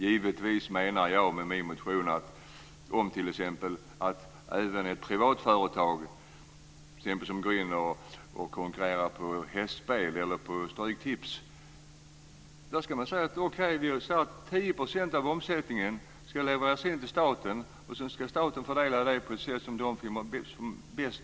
Givetvis menar jag med min motion att om t.ex. ett privat företag går in och konkurrerar om spel på hästar eller stryktips kan man besluta att 10 % av omsättningen ska gå till staten, och sedan kan staten fördela dessa pengar på det sätt som passar bäst.